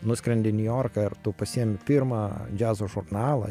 nuskrendi niujorką ir tu pasiemk pirmą džiazo žurnalą